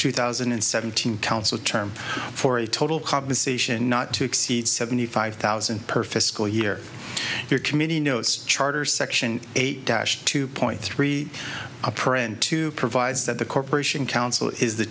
two thousand and seventeen council term for a total compensation not to exceed seventy five thousand per fiscal year your committee notes charter section eight dash two point three upper end two provides that the corporation council is the